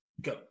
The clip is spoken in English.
go